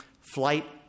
flight